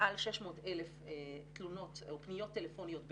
מעל 600,000 פניות טלפוניות ביום.